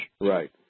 Right